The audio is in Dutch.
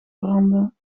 branden